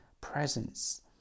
presence